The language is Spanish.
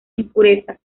impurezas